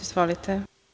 Izvolite.